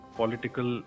political